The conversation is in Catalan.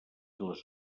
les